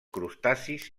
crustacis